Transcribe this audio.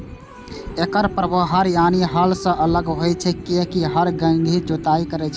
एकर प्रभाव हर यानी हल सं अलग होइ छै, कियैकि हर गहींर जुताइ करै छै